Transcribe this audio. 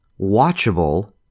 watchable